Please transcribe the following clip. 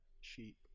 sheep